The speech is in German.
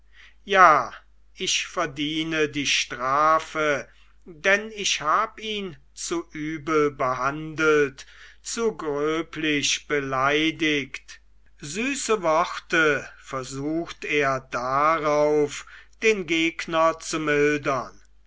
ja ich verdiene die strafe denn ich hab ihn zu übel behandelt zu gröblich beleidigt süße worte versucht er darauf den gegner zu mildern